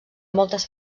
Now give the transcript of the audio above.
moltes